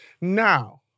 now